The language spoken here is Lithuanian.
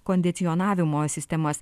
kondicionavimo sistemas